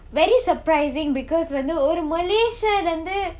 very surprising because வந்து ஒரு:vanthu oru malaysia lah இருந்து:irunthu